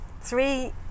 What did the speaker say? Three